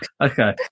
Okay